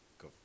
go